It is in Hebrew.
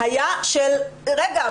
היה של רגע,